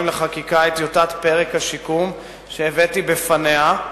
לחקיקה את טיוטת פרק השיקום שהבאתי בפניה,